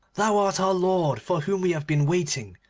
thou art our lord for whom we have been waiting,